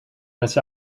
miss